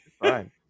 Fine